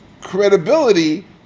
credibility